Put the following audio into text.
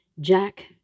Jack